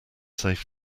safe